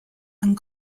and